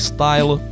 Style